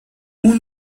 اون